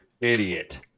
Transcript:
Idiot